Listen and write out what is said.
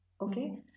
Okay